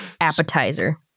appetizer